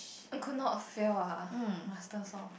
I could not fail ah masters loh